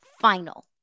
final